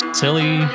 silly